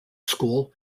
school